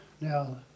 Now